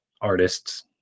artists